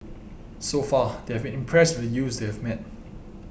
so far they have been impressed with the youths they have met